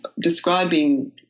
describing